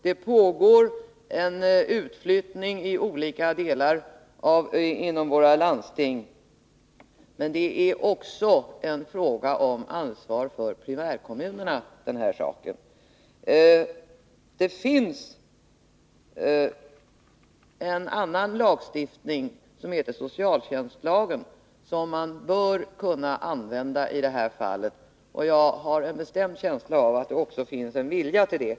Det pågår en utflyttning i olika delar inom våra landstings ansvarsområden, men det är här också en fråga om ansvar för primärkommunerna. Det finns en annan lagstiftning som heter socialtjänstlagen och som man bör kunna använda i detta fall, och jag har en bestämd känsla av att det också finns en vilja till det.